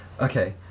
Okay